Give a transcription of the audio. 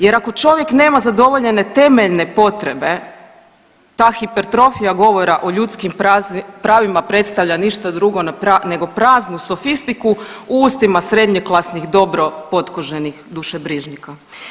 Jer ako čovjek nema zadovoljene temeljne potrebe, ta hipertrofija govora o ljudskim pravima predstavlja ništa drugo nego praznu sofistiku u ustima srednjeklasnih dobro potkoženih dužebrižnika.